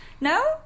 No